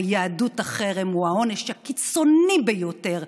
ביהדות החרם הוא העונש הקיצוני ביותר,